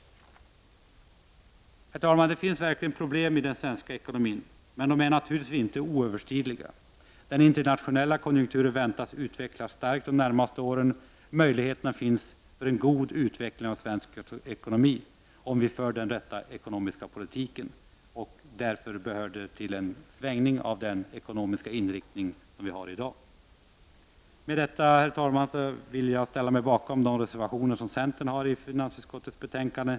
Herr talman! Det finns verkligen problem i den svenska ekonomin, men de är naturligtvis inte oöverkomliga. Den internationella konjunkturen väntas under de närmaste åren utvecklas starkt. Möjligheterna till en god utveckling av svensk ekonomi finns, om vi för den riktiga ekonomiska politiken. Därtill behövs en ändring av dagens ekonomiska inriktning. Med detta, herr talman, ställer jag mig bakom centerns reservationer i finansutskottets betänkande.